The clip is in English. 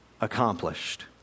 accomplished